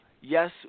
Yes